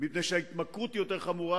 מפני שההתמכרות היא יותר חמורה,